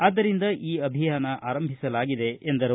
ಆದ್ದರಿಂದ ಈ ಅಭಿಯಾನ ಆರಂಭಿಸಲಾಗಿದೆ ಎಂದರು